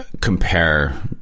compare